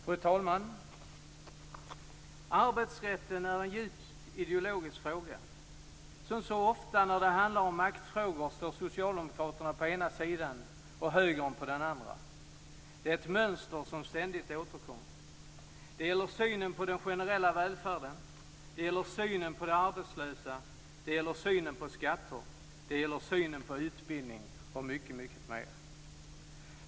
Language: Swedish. Fru talman! Arbetsrätten är en djupt ideologisk fråga. Som så ofta när det handlar om maktfrågor står socialdemokrater på ena sidan och högern på den andra. Det är ett mönster som ständigt återkommer. Det gäller synen på den generella välfärden, det gäller synen på de arbetslösa, det gäller synen på skatter och det gäller synen på utbildning och mycket mer.